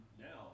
now